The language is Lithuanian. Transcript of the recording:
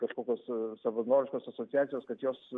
kažkokios savanoriškos asociacijos kad jos